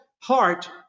heart